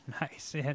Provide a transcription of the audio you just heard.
nice